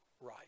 right